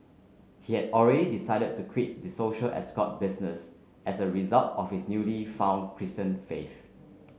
he had already decided to quit the social escort business as a result of his newly found Christian faith